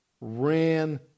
ran